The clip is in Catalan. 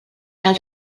cal